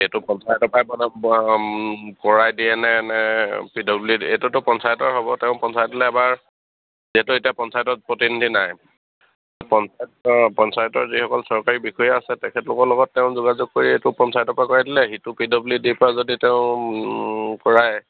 এইটো পঞ্চায়তৰ পাই পৰা কৰাই দিয়ে নে এনে পি ডব্লিউ ডি এইটোতো পঞ্চায়তৰ হ'ব তেওঁ পঞ্চায়তলে এবাৰ যিহেতু এতিয়া পঞ্চায়তত প্ৰতিনিধি নাই পঞ্চায়ত পঞ্চায়তৰ যিসকল চৰকাৰী বিষয়া আছে তেখেতলোকৰ লগত তেওঁ যোগাযোগ কৰি এইটো পঞ্চায়তৰ পৰা কৰাই দিলে সিটো পি ডব্লিউ ডিৰ পৰা যদি তেওঁ কৰায়